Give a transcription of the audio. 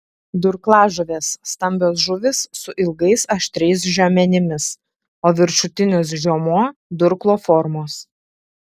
durklažuvės stambios žuvys su ilgais aštriais žiomenimis o viršutinis žiomuo durklo formos